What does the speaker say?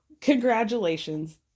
congratulations